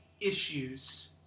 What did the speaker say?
issues